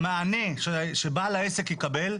המענה שבעל העסק יקבל,